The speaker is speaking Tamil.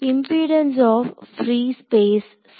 இம்பிடன்ஸ் ஆஃ பிரீ ஸ்பேஸ் சரியா